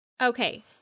Okay